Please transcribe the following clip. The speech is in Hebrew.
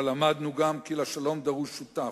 אבל למדנו גם כי לשלום דרוש שותף.